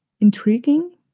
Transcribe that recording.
intriguing